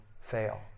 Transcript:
fail